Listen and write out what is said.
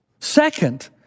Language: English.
second